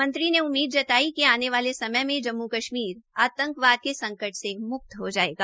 मंत्री ने उम्मीद जताई कि आने वाले समय मे जम्म कश्मीर आतंकवाद के संकट से म्क्त हो जायेगा